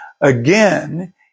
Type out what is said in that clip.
again